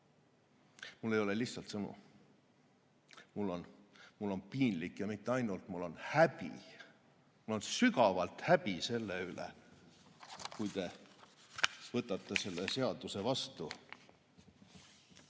Mul ei ole lihtsalt sõnu. Mul on piinlik, ja mitte ainult – mul on häbi. Mul on sügavalt häbi, kui te võtate selle seaduse vastu